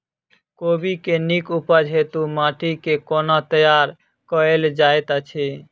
कोबी केँ नीक उपज हेतु माटि केँ कोना तैयार कएल जाइत अछि?